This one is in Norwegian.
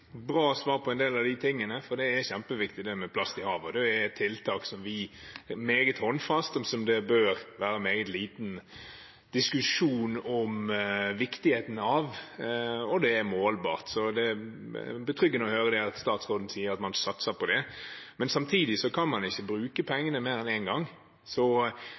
bra svar på en del av de tingene, for det med plast i havet er kjempeviktig. Det er tiltak som er meget håndfast, som det bør være meget liten diskusjon om viktigheten av, og som er målbart. Det er betryggende å høre statsråden si at man satser på det. Samtidig kan man ikke bruke pengene mer enn én gang, så